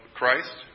Christ